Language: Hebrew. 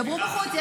דברו בחוץ.